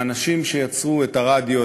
האנשים שיצרו את הרדיו,